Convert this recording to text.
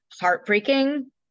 heartbreaking